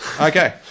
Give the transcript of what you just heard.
okay